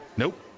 Nope